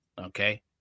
okay